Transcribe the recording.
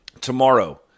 Tomorrow